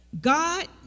God